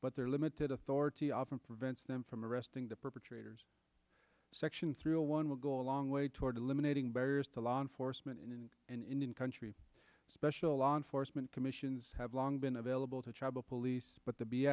but they're limited authority often prevents them from arresting the perpetrators section three a one will go a long way toward eliminating barriers to law enforcement in indian country special law enforcement commissions have long been available to tribal police but t